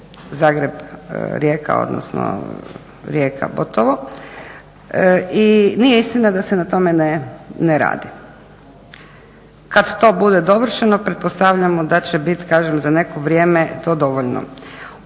Zagreb-Rijeka, odnosno Rijeka-Botovo i nije istina da se na tome ne radi. Kada to bude dovršeno pretpostavljamo da će biti, kažem za neko vrijeme to dovoljno.